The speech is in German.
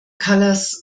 kallas